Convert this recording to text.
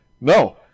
No